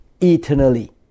eternally